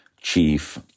chief